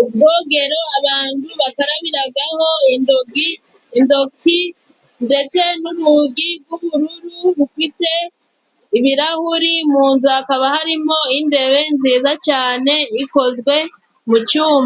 ubwogero abandu bakarabiragaho indoki, ndetse n'urugi rw'ubururu rufite ibirahuri. Mu nzu hakaba harimo indebe nziza cyane ikozwe mu cyuma.